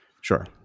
Sure